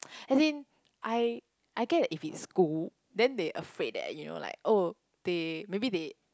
as in I I get if it's school then they afraid that you know like oh they maybe they